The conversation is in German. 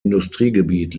industriegebiet